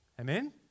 Amen